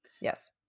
Yes